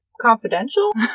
confidential